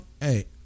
hey